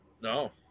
No